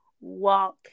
walk